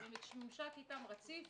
הוא רציף.